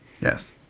Yes